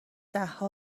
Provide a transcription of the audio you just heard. دهها